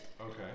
Okay